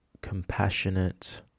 compassionate